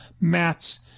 mats